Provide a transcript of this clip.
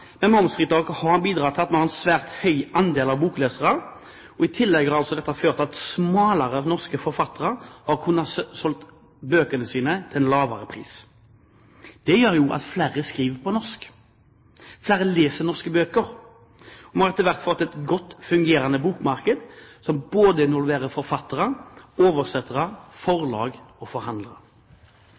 har man bidratt til at vi har en svært høy andel av boklesere. I tillegg har dette ført til at smalere norske forfattere har kunnet selge bøkene sine til en lavere pris. Det gjør at flere skriver på norsk. Flere leser norske bøker, og vi har etter hvert fått et godt fungerende bokmarked som involverer både forfattere, oversettere, forlag og forhandlere.